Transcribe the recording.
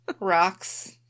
Rocks